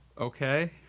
Okay